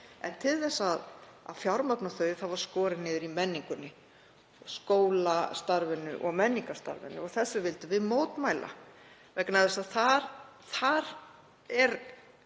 en til þess að fjármagna þau var skorið niður í menningunni, í skólastarfinu og menningarstarfinu. Þessu vildum við mótmæla vegna þess að þar er